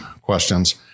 questions